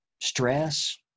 stress